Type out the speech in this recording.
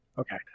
Okay